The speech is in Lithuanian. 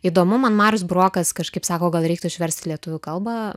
įdomu man marius burokas kažkaip sako gal reiktų išverst į lietuvių kalbą